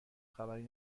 خبری